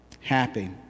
happy